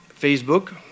Facebook